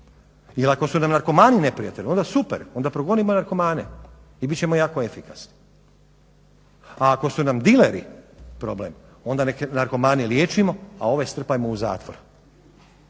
ako su nam narkomani neprijatelji, onda super, onda progonimo narkomane i bit ćemo jako efikasni. A ako su nam dileri problem, onda nek' narkomane liječimo, a ove strpajmo u zatvor.